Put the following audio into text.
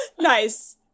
Nice